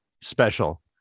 special